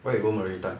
why you go maritime